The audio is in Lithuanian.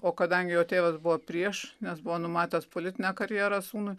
o kadangi jo tėvas buvo prieš nes buvo numatęs politinę karjerą sūnui